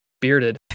bearded